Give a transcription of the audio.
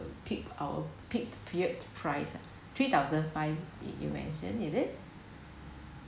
peak hour peak period price ah three thousand five it you mention is it